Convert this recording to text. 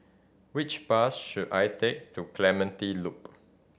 which bus should I take to Clementi Loop